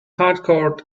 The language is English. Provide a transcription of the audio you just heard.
hardcore